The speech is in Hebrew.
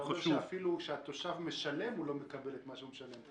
אתה אומר שאפילו כשהתושב משלם הוא לא מקבל את מה שהוא משלם,